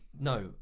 No